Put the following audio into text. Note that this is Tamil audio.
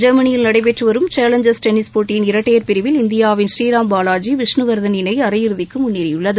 ஜெர்மனியில் நடைபெற்றுவரும் சேலஞ்சர் டென்னிஸ் போட்டியின் இரட்டையர் பிரிவில் இந்தியாவின் ஸ்ரீராம் பாவாஜி விஷ்ணுவர்தன் இணை அரையிறுதிக்கு முன்னேறி உள்ளது